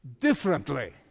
differently